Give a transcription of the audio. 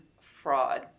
fraud